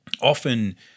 often